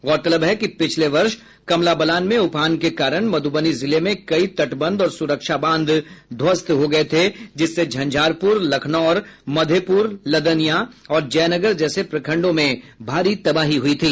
गौरतलब है कि पिछले वर्ष कमला बलान में उफान के कारण मध्रबनी जिले में कई तटबंध और सुरक्षा बांध ध्वस्त हो गये थे जिससे झंझारपुर लखनौर मधेप्र लदनिया और जयनगर जैसे प्रखंडों में भारी तबाही हुई थी